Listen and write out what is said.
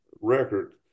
record